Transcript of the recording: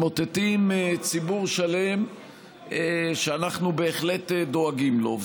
ממוטטים ציבור שלם שאנחנו בהחלט דואגים לו.